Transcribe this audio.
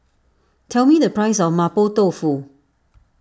tell me the price of Mapo Tofu